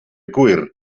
cuir